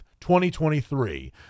2023